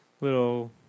little